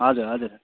हजुर हजुर